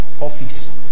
office